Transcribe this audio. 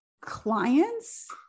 clients